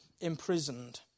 imprisoned